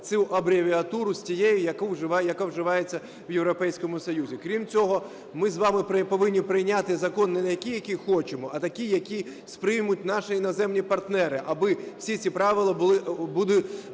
цю абревіатуру з тією, яка вживається в Європейському Союзі. Крім цього, ми з вами повинні прийняти закон не такий, який хочемо, а такий, який сприймуть наші іноземні партнери, аби всі ці правили були уніфіковані.